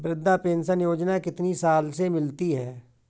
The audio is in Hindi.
वृद्धा पेंशन योजना कितनी साल से मिलती है?